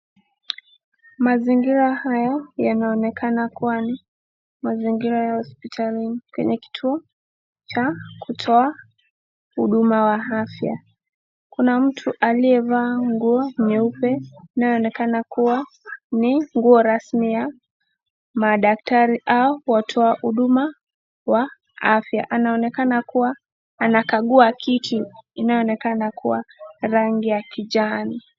Mazingira haya yanaonekana kuwa ni mazingira ya hospitalini kwenye kituo cha kutoa huduma wa afya. Kuna mtu aliyevaa nguo nyeupe anaoonekana kuwa ni nguo rasmi ya madaktari au watoa huduma wa afya, inaonekana kua anakagua kiti inayoonekana kuwa rangi ya kijani.